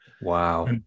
Wow